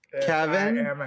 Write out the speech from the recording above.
Kevin